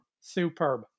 superb